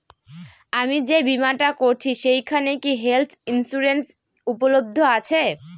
আমি যে বীমাটা করছি সেইখানে কি হেল্থ ইন্সুরেন্স উপলব্ধ আছে?